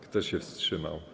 Kto się wstrzymał?